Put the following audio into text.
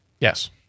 Yes